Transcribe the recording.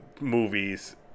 movies